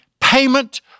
payment